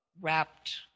wrapped